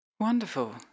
Wonderful